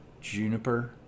Juniper